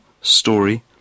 story